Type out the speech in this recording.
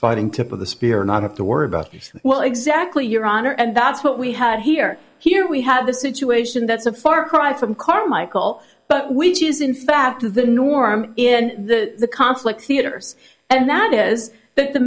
fighting tip of the spear not have to worry about well exactly your honor and that's what we have here here we have the situation that's a far cry from carmichael but which is in fact the norm in the conflict theaters and that is that the